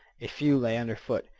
a few lay under foot,